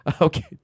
Okay